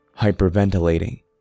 hyperventilating